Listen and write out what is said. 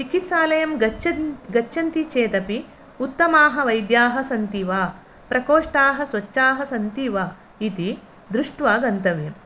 चिकित्सालयं गच्छन् गच्छन्ती चेदपि उत्तमाः वैद्याः सन्ति वा प्रकोष्ठाः स्वच्छाः सन्ति वा इति दृष्ट्वा गन्तव्यम्